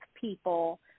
people